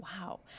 wow